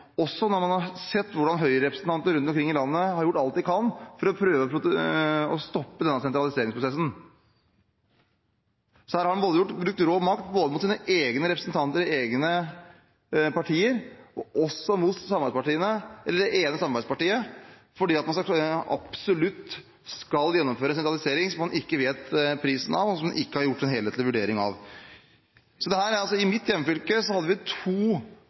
når man også har sett hvordan representanter for høyrepartiene rundt omkring i landet har gjort alt de kan for å prøve å stoppe denne sentraliseringsprosessen. Her har en brukt rå makt både mot representanter i egne partier og mot det ene samarbeidspartiet, fordi man absolutt skal gjennomføre en sentralisering man ikke vet prisen på, og som man ikke har gjort en helhetlig vurdering av. I mitt hjemfylke hadde vi to av den type saker. Vi